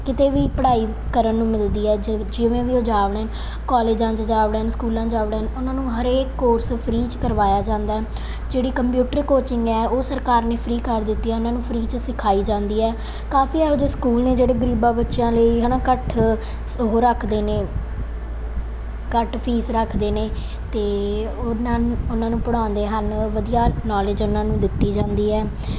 ਕਿਤੇ ਵੀ ਪੜ੍ਹਾਈ ਕਰਨ ਨੂੰ ਮਿਲਦੀ ਹੈ ਜੇ ਜਿਵੇਂ ਵੀ ਉਹ ਜਾ ਵੜਨ ਕਾਲਜਾਂ 'ਚ ਜਾ ਵੜਨ ਸਕੂਲਾਂ 'ਚ ਜਾ ਵੜਨ ਉਹਨਾਂ ਨੂੰ ਹਰੇਕ ਕੋਰਸ ਫਰੀ 'ਚ ਕਰਵਾਇਆ ਜਾਂਦਾ ਜਿਹੜੀ ਕੰਪਿਊਟਰ ਕੋਚਿੰਗ ਹੈ ਉਹ ਸਰਕਾਰ ਨੇ ਫਰੀ ਕਰ ਦਿੱਤੀਆਂ ਉਹਨਾਂ ਨੂੰ ਫਰੀ 'ਚ ਸਿਖਾਈ ਜਾਂਦੀ ਹੈ ਕਾਫੀ ਇਹੋ ਜਿਹੇ ਸਕੂਲ ਨੇ ਜਿਹੜੇ ਗਰੀਬਾਂ ਬੱਚਿਆਂ ਲਈ ਹੈ ਨਾ ਘੱਟ ਉਹ ਰੱਖਦੇ ਨੇ ਘੱਟ ਫੀਸ ਰੱਖਦੇ ਨੇ ਅਤੇ ਉਹਨਾਂ ਨੂੰ ਉਹਨਾਂ ਨੂੰ ਪੜ੍ਹਾਉਂਦੇ ਹਨ ਵਧੀਆ ਨਾਲੇਜ ਉਹਨਾਂ ਨੂੰ ਦਿੱਤੀ ਜਾਂਦੀ ਹੈ